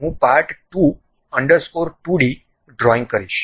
હવે હું part 2 underscore 2 D drawing કરીશ